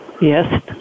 Yes